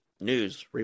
news